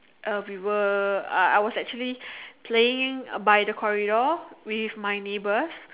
uh we were uh I was actually playing by the corridor with my neighbors